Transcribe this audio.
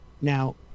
Now